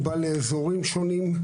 הוא בא לאזורים שונים.